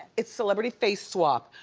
it's celebrity face swap.